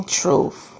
truth